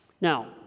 Now